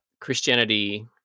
Christianity